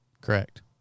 correct